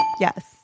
Yes